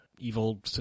Evil